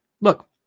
look